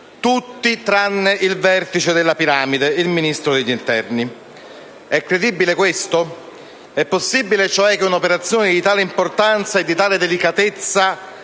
Tutti tranne il vertice della piramide, il Ministro dell'interno. È credibile questo? È possibile cioè che un'operazione di tale importanza e delicatezza